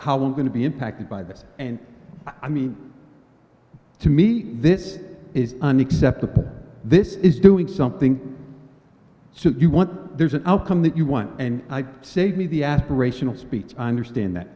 how i'm going to be impacted by this and i mean to me this is unacceptable this is doing something so you want there's an outcome that you want and save me the aspirational speech i understand that